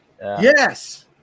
Yes